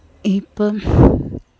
ഇപ്പം